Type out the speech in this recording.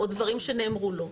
או דברים שנאמרו לו.